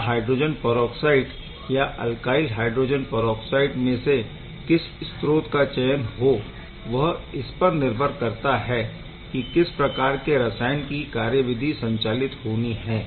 यहाँ hydrogen peroxide या alkyl hydroperoxide में से किस स्रोत का चयन हो वह इसपर निर्भर करता है कि किस प्रकार के रसायन की कार्यविधि संचालित होनी है